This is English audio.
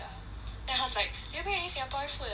than I was like did you bring any singaporean food anot